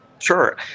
Sure